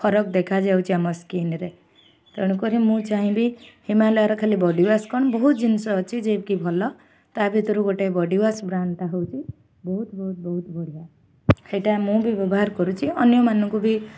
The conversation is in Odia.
ଫରକ ଦେଖାଯାଉଛି ଆମ ସ୍କିନରେ ତେଣୁକରି ମୁଁ ଚାହିଁବି ହିମାଳୟର ଖାଲି ବଡ଼ିୱାଶ୍ କ'ଣ ବହୁତ ଜିନିଷ ଅଛି ଯେଏକି ଭଲ ତା' ଭିତରୁ ଗୋଟେ ବଡ଼ିୱାଶ୍ ବ୍ରାଣ୍ଡଟା ହେଉଛି ବହୁତ ବହୁତ ବହୁତ ବଢ଼ିଆ ସେଇଟା ମୁଁ ବି ବ୍ୟବହାର କରୁଛି ଅନ୍ୟମାନଙ୍କୁ ବି